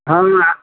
हँ